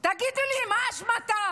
תגידו לי, מה זה אשמתם?